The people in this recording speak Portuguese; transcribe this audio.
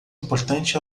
importante